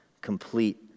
complete